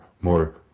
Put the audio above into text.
more